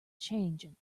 changing